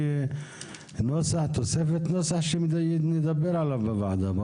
נוסח או תוספת שנדבר עליהם בוועדה.